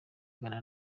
ghana